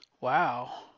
Wow